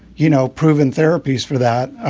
you know, proven therapies for that.